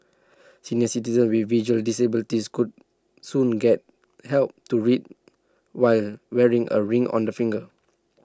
senior citizens with visual disabilities could soon get help to read while wearing A ring on their finger